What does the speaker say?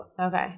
Okay